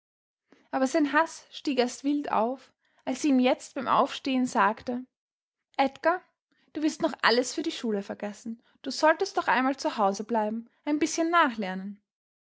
aber sein haß stieg erst wild auf als sie ihm jetzt beim aufstehen sagte edgar du wirst noch alles für die schule vergessen du solltest doch einmal zu hause bleiben ein bißchen nachlernen